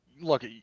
Look